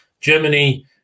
Germany